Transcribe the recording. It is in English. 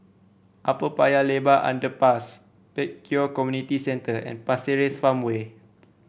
Upper Paya Lebar Underpass Pek Kio Community Centre and Pasir Ris Farmway